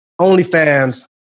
OnlyFans